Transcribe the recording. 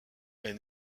est